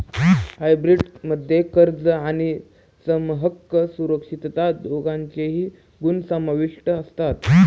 hybrid मध्ये कर्ज आणि समहक्क सुरक्षितता दोघांचेही गुण समाविष्ट असतात